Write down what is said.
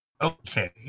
Okay